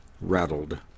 rattled